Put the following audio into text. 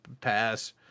pass